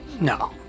No